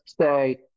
say